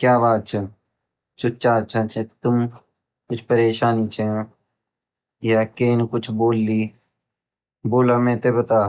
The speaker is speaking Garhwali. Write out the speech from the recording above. क्या बात ची चुप-चाप छिन तुम कुछ बात ची कुछ कुछ परेशान छिन या कैन कुछ बोली बोला मैते बता